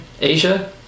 Asia